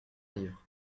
livres